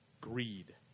greed